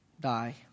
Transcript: die